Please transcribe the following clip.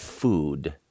Food